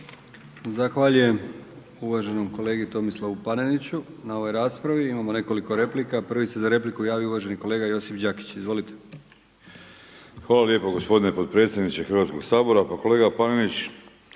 Zahvaljujem uvaženom kolegi Tomislavu Paneniću na ovoj raspravi. Imamo nekoliko replika. Prvi se za repliku javio uvaženi kolega Josip Đakić, izvolite. **Đakić, Josip (HDZ)** Hvala lijepo gospodine potpredsjedniče Hrvatskog sabora. Pa kolega Panenić,